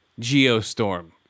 Geostorm